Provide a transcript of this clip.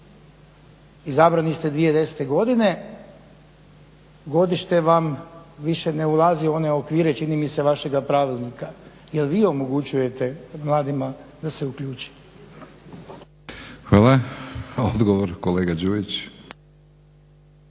Izabrani ste 2010.godine, godište vam više ne ulazi u one okvire čini mi se vašega pravilnika jer vi omogućujete mladima da se uključe. **Batinić, Milorad